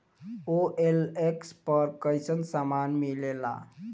OLX पर कइसन सामान मीलेला?